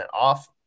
off